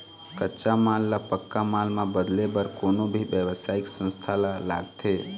कच्चा माल ल पक्का माल म बदले बर कोनो भी बेवसायिक संस्था ल लागथे